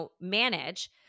manage